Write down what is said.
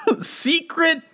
secret